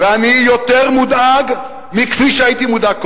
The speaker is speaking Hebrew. ואני יותר מודאג מכפי שהייתי מודאג קודם.